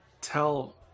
tell